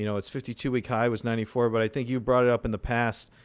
you know its fifty two week high was ninety four, but i think you brought it up in the past,